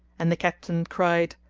and the captain cried,